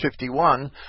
51